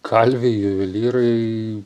kalviai juvelyrai